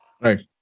Right